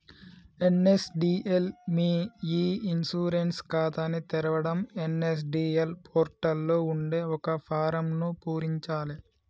NSDL మీ e insurance ఖాతాని తెరవడం ఎన్.ఎస్.డి.ఎల్ పోర్టల్ లో ఉండే ఒక ఫారమ్ను పూరించాలే